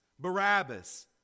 Barabbas